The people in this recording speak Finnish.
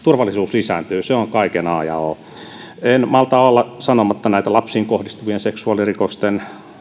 lisääntyy se on kaiken a ja o en malta olla sanomatta näistä lapsiin kohdistuvien seksuaalirikosten